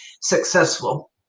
successful